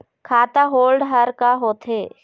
खाता होल्ड हर का होथे?